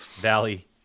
Valley